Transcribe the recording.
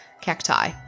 Cacti